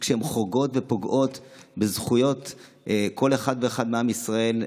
וכשהם חורגים ופוגעים בזכויות כל אחד ואחד מעם ישראל,